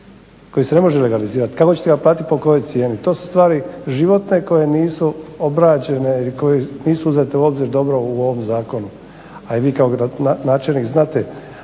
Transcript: koji se ne može legalizirati. Kako ćete ga platiti? Po kojoj cijeni? To su stvari životne koje nisu obrađene ili koje nisu uzete u obzir dobro u ovom zakonu, a i vi kao načelnik znate